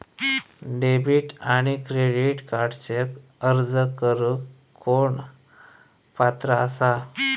Debit आणि credit कार्डक अर्ज करुक कोण पात्र आसा?